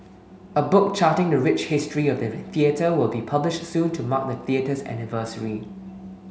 a book charting the rich history of the theatre will be published soon to mark the theatre's anniversary